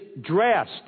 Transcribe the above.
dressed